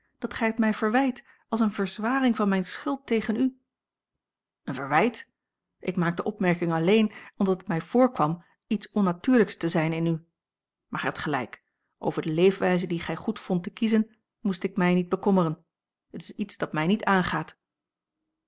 dat gij het mij verwijt als eene verzwaring van mijne schuld tegen u een verwijt ik maak de opmerking alleen omdat het mij voorkwam iets onnatuurlijks te zijn in u maar gij hebt gelijk over de leefwijze die gij goedvondt te kiezen moest ik mij niet bekommeren het is iets dat mij niet aangaat